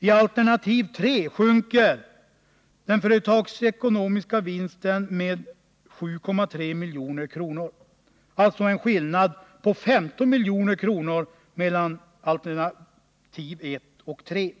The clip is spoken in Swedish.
I alternativ 3 sjunker vinsten med 7,3 milj.kr. Det blir alltså en skillnad på 15 milj.kr. mellan alternativ 1 och alternativ 3.